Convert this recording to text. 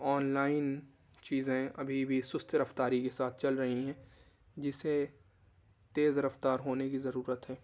on line چیزیں ابھی بھی سست رفتاری کے ساتھ چل رہی ہیں جسے تیز رفتار ہونے کی ضرورت ہے